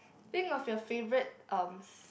think of your favourite um s~